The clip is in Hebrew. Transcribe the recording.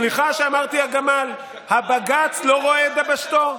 סליחה שאמרתי "הגמל" הבג"ץ לא רואה את דבשתו.